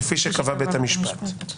כפי שקבע בית המשפט".